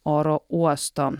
oro uosto